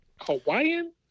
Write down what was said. Hawaiian